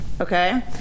Okay